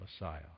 Messiah